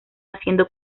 haciendo